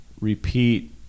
repeat